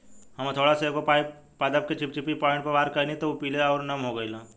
हम हथौड़ा से एगो छोट पादप के चिपचिपी पॉइंट पर वार कैनी त उ पीले आउर नम हो गईल